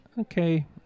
Okay